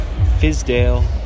Fizdale